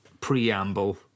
preamble